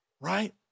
Right